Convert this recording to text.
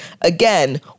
again